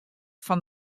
fan